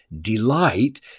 delight